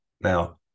Now